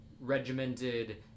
regimented